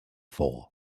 for